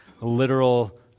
literal